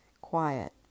quiet